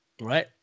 right